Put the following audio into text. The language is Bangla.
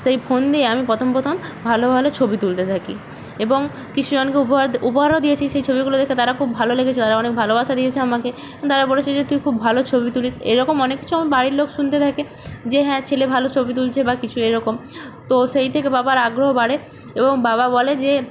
সেই ফোন দিয়ে আমি প্রথম প্রথম ভালো ভালো ছবি তুলতে থাকি এবং কিছুজনকে উপহার দি উপহারও দিয়েছি সেই ছবিগুলো দেখে তারা খুব ভালো লেগেছে তারা অনেক ভালোবাসা দিয়েছে আমাকে তারা বলেছে যে তুই খুব ভালো ছবি তুলিস এই রকম অনেক কিছু আমার বাড়ির লোক শুনতে থাকে যে হ্যাঁ ছেলে ভালো ছবি তুলছে বা কিছু এরকম তো সেই থেকে বাবার আগ্রহ বাড়ে এবং বাবা বলে যে